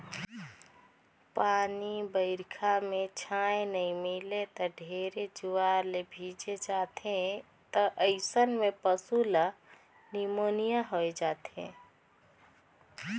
पानी बइरखा में छाँय नइ मिले त ढेरे जुआर ले भीजे जाथें त अइसन में पसु ल निमोनिया होय जाथे